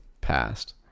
passed